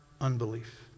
unbelief